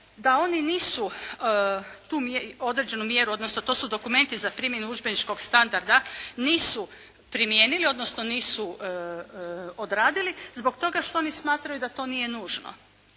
da oni nisu tu određenu mjeru, odnosno to su dokumenti za primjenu udžbeničkog standarda, nisu primijenili, odnosno nisu odradili zbog toga što oni smatraju da to nije nužno,